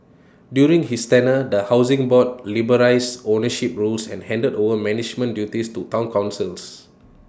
during his tenure the Housing Board liberalised ownership rules and handed over management duties to Town councils